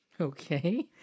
Okay